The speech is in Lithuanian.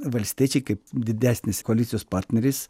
valstiečiai kaip didesnis koalicijos partneris